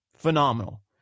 Phenomenal